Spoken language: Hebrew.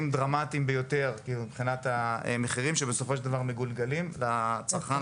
דרמטיים ביותר במחירים שבסופו של דבר מגולגלים לצרכן,